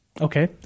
Okay